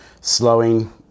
slowing